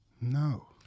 No